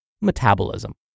metabolism